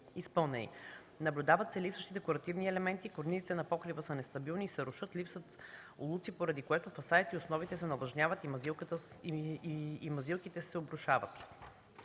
изпълнени. Наблюдават се липсващи декоративни елементи, корнизите на покрива се нестабилни и се рушат. Липсват улуци, поради което фасадите и основите се навлажняват и мазилките се обрушават”.